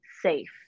safe